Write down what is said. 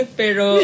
pero